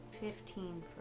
Fifteen